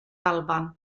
alban